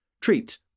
treats